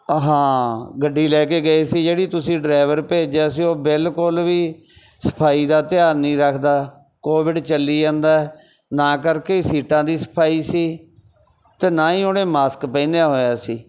ਆ ਹਾਂ ਗੱਡੀ ਲੈ ਕੇ ਗਏ ਸੀ ਜਿਹੜੀ ਤੁਸੀਂ ਡਰਾਇਵਰ ਭੇਜਿਆ ਸੀ ਉਹ ਬਿਲਕੁਲ ਵੀ ਸਫ਼ਾਈ ਦਾ ਧਿਆਨ ਨਹੀਂ ਰੱਖਦਾ ਕੋਵਿਡ ਚੱਲੀ ਜਾਂਦਾ ਹੈ ਨਾ ਕਰਕੇ ਸੀਟਾਂ ਦੀ ਸਫ਼ਾਈ ਸੀ ਅਤੇ ਨਾ ਹੀ ਉਹਨੇ ਮਾਸਕ ਪਹਿਨਿਆ ਹੋਇਆ ਸੀ